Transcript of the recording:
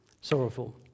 sorrowful